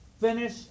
finish